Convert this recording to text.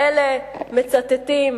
אלה מצטטים